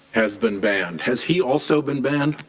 has been banned. has he also been banned?